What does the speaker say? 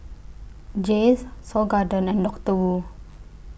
Jays Seoul Garden and Doctor Wu